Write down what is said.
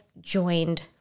joined